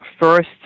First